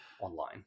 online